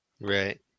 Right